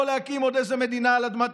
לא בשביל להקים עוד איזו מדינה על אדמת